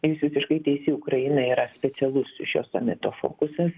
jūs visiškai teisi ukraina yra oficialus šio samito fokusas